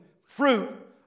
fruit